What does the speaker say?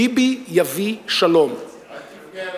ביבי יביא שלום, אל תבנה עליו,